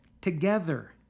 together